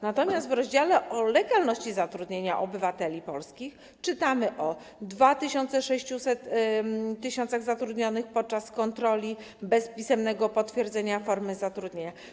Natomiast w rozdziale o legalności zatrudnienia obywateli polskich czytamy o 2600 zatrudnionych podczas kontroli bez pisemnego potwierdzenia formy zatrudnienia.